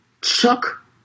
Chuck